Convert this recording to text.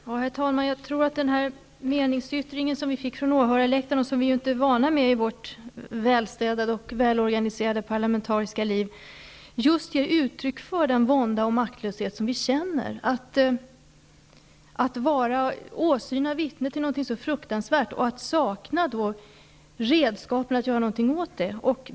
Herr talman! Jag tror att den meningsyttring som vi fick från åhörarläktaren -- vi är ju inte vana vid sådana i vårt välstädade och välorganiserade parlamentariska liv -- ger uttryck för den vånda och maktlöshet som vi känner inför att vara åsyna vittne till något så fruktansvärt och sakna redskap för att göra någonting åt det.